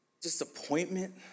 disappointment